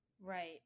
Right